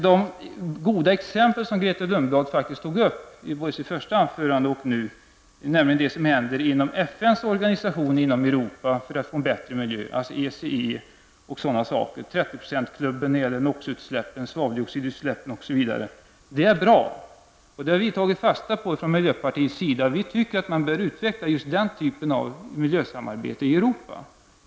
De goda exempel som Grethe Lundblad tog upp, både i sitt första anförande och nu senast, nämligen det som händer inom FNs organisation inom Europa för att få en bättre miljö, alltså ECE, ''30 %-klubben'' beträffande NOX-utsläppen, svaveldioxidutsläppen osv., är bra. Det har vi i miljöpartiet tagit fasta på. Vi tycker att man bör utveckla just den typen av miljösamarbete i Europa.